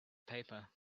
paper